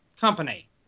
company